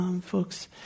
folks